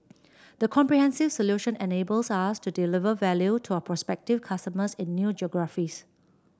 the comprehensive solution enables us to deliver value to our prospective customers in new geographies